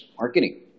marketing